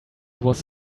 was